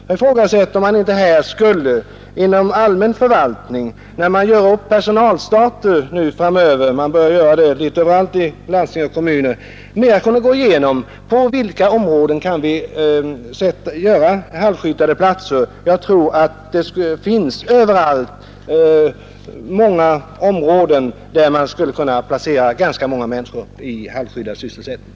Jag ifrågasätter om man inte inom allmän förvaltning när man nu i landsting och kommuner börjar göra upp personalstater skulle kunna gå igenom på vilka områden man kan inrätta halvskyddade platser. Jag tror att det finns många områden där man skulle kunna placera människor i halvskyddad sysselsättning.